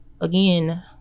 again